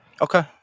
Okay